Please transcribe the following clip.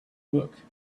book